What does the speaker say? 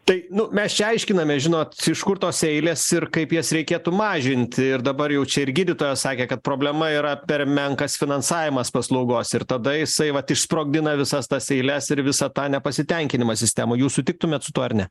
tai nu mes čia aiškiname žinot iš kur tos eilės ir kaip jas reikėtų mažinti ir dabar jau čia ir gydytojas sakė kad problema yra per menkas finansavimas paslaugos ir tada jisai vat išsprogdina visas tas eiles ir visą tą nepasitenkinimą sistema jūs sutiktumėt su tuo ar ne